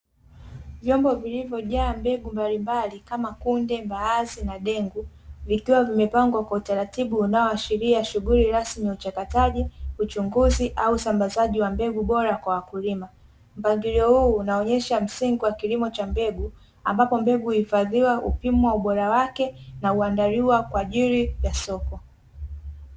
Vyombo vilivojaa mbegu mbalimbali kama kunde, mbaazi na dengu vikiwa vimepangwa kwa utaratibu unaoashiria shughuli rasmi ya uchakataji, uchunguzi au usambazaji wa mbegu bora kwa wakulima. Mpangilio huu unaonyesha msingi wa kilimo cha mbegu ambapo mbegu uhifadhiwa, hupimwa ubora wake na huandaliwa kwa ajili ya soko.